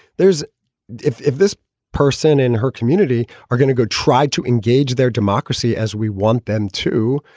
there's if if this person in her community are going to go try to engage their democracy as we want them to.